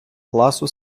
класу